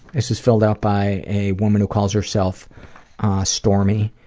this is filled out by a woman who calls herself stormy.